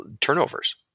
turnovers